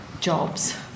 jobs